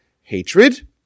hatred